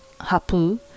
hapu